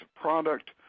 product